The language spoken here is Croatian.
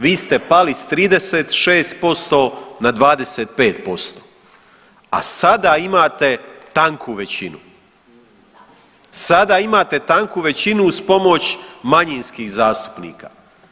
Vi ste pali sa 36% na 25%, a sada imate tanku većinu, sada imate tanku većinu uz pomoć manjinskih zastupnika.